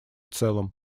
целом